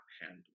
handle